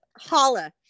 holla